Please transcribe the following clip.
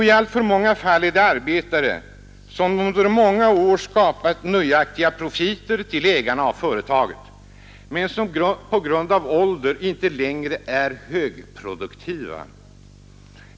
I alltför många fall är det arbetare som under många år skapat nöjaktiga profiter till ägarna av företaget men som på grund av ålder inte längre är ”högproduktiva”.